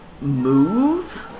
move